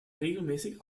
regelmäßig